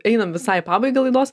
einam visai į pabaigą laidos